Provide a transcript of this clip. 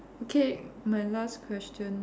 okay my last question